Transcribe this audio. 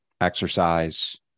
exercise